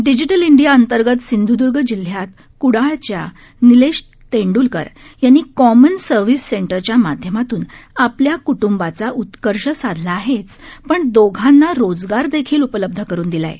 digital India अंतर्गत सिंधुदुर्ग जिल्ह्यात कुडाळच्या निलेश तेंडुलकर यांनी कॉमन सर्व्हिस सेंटर च्या माध्यमातून आपल्या कुटुंबाचा उत्कर्ष साधला आहेच पण दोघांना रोजगार देखील उपलब्ध करून दिला आहे